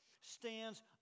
stands